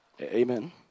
amen